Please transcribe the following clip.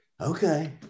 Okay